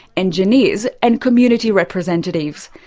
engineers, and community representatives.